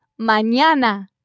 Mañana